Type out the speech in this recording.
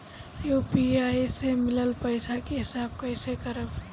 UPI से मिलल पईसा के हिसाब कइसे करब?